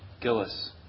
Gillis